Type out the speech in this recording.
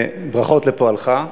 ברכות על פועלך.